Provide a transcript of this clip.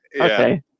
okay